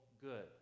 good